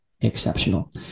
exceptional